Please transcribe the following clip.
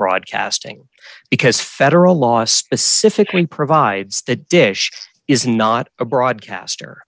broadcasting because federal law specifically provides that dish is not a broadcaster